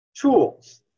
tools